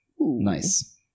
Nice